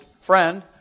friend